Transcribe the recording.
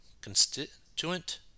constituent